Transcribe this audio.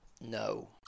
No